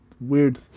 weird